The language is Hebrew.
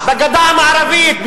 בגדה המערבית,